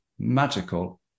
Magical